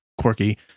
quirky